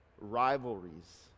rivalries